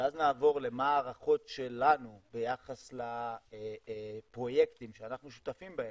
ואז נעבור למה ההערכות שלנו ביחס לפרויקטים שאנחנו שותפים בהם,